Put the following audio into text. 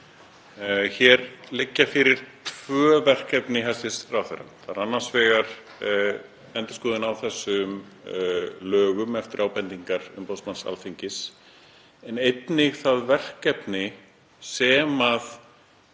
Hér liggja fyrir tvö verkefni hæstv. ráðherra, annars vegar endurskoðun á þessum lögum eftir ábendingar umboðsmanns Alþingis en einnig það verkefni sem